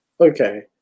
Okay